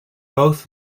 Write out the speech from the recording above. both